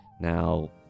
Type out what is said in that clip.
Now